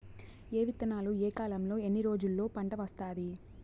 ఏ విత్తనాలు ఏ కాలంలో ఎన్ని రోజుల్లో పంట వస్తాది?